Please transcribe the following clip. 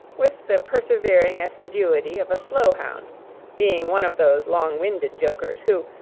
with the persevering assiduity of a slow-hound being one of those long-winded jokers, who,